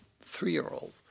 three-year-old